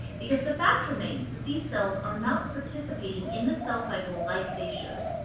because the fact remains that these cells are not participating in the cell cycle like they should.